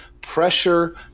pressure